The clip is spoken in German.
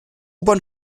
bahn